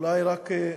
אולי רק,